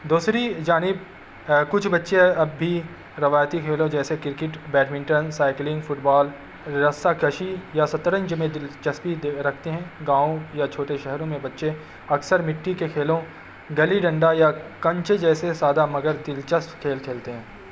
دوسری جانب کچھ بچے اب بھی روایتی کھیلوں جیسے cricket badminton cycling football رسہ کشی یا شطرنج میں دلچسپی رکھتے ہیں گاؤں یا چھوٹے شہروں میں بچے اکثر مٹی کے کھیلوں گلی ڈنڈا یا کنچے جیسے سادہ مگر دلچسپ کھیل کھیلتے ہیں